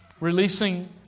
releasing